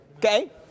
Okay